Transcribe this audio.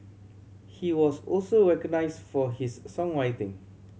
he was also recognised for his songwriting